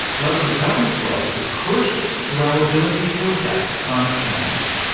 local government's role is crucial to our ability to adapt climate change.